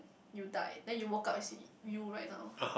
you die then you woke up and see you right now